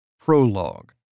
Prologue